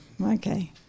Okay